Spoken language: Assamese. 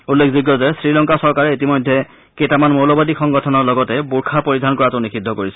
উল্লেখযোগ্য যে শ্ৰীলংকা চৰকাৰে ইতিমধ্যে কেইটামান মৌলবাদী সংগঠনৰ লগতে বোৰ্খা পৰিধান কৰাটো নিষিদ্ধ কৰিছে